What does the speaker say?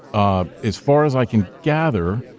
ah as far as i can gather,